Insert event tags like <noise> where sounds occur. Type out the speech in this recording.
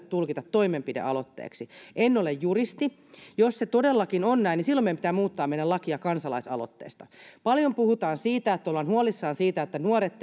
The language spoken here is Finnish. <unintelligible> tulkita toimenpidealoitteeksi en ole juristi jos se todellakin on näin niin silloin meidän pitää muuttaa meidän lakia kansalaisaloitteesta paljon puhutaan miten ollaan huolissaan siitä että nuoret <unintelligible>